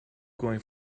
going